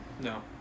No